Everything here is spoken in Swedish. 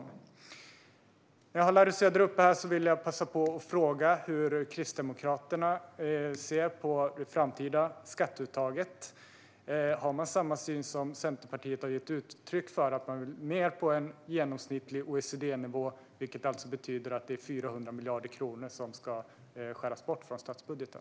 Jag vill passa på att fråga Larry Söder hur Kristdemokraterna ser på det framtida skatteuttaget. Har ni samma syn som Centerpartiet har gett uttryck för och vill ned till en genomsnittlig OECD-nivå, vilket alltså betyder att det är 400 miljarder kronor som ska skäras bort från statsbudgeten?